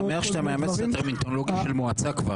אני שמח שאתה מאמץ את הטרמינולוגיה של מועצה.